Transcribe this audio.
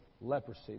leprosy